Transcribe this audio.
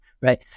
right